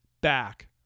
back